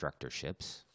instructorships